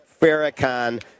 Farrakhan